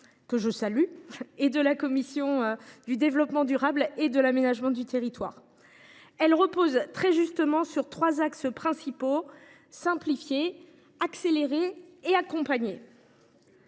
été examiné par la commission du développement durable et de l’aménagement du territoire. Il repose, à juste titre, sur trois axes principaux : simplifier, accélérer et accompagner.